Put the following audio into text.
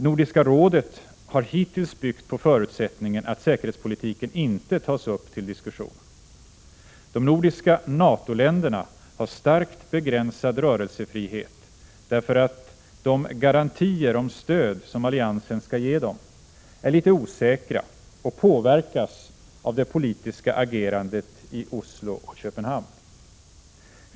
Nordiska rådet har hittills byggt på förutsättningen att säkerhetspolitiken inte tas upp till diskussion. De nordiska NATO-länderna har starkt begränsad rörelsefrihet, därför att de garantier om stöd som alliansen skall ge dem är litet osäkra och påverkas av det politiska agerandet i Oslo och Köpenhamn.